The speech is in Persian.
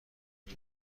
این